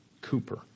Cooper